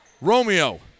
Romeo